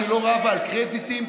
שלא רבה על קרדיטים,